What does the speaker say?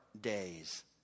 days